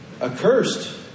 Accursed